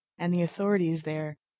and the authorities there,